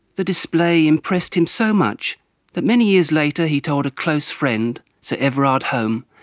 the display impressed him so much that many years later he told a close friend, sir everard home,